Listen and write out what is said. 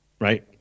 right